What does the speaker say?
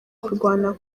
kurwana